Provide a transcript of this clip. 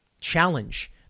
challenge